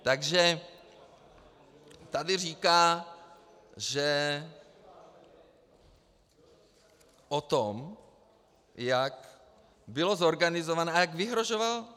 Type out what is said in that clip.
Takže tady říká, že o tom, jak bylo zorganizované a jak vyhrožoval.